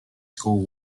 school